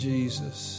Jesus